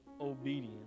obedience